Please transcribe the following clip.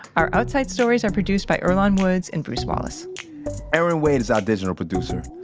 our outside stories are produced by earlonne woods and bruce wallace erin wade is our digital producer,